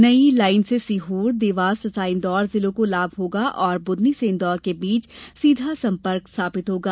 नई लाईन से सिहोर देवास तथा इंदौर जिलों को लाभ होगा और बुधनी से इंदौर के बीच सीधा संपर्क स्थापित होगा